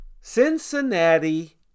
Cincinnati